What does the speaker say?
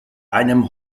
einem